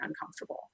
uncomfortable